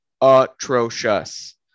atrocious